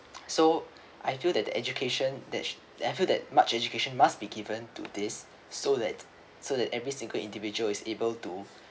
so I feel that the education that I feel that much education must be given to this so that so that every single individual is able to